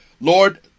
Lord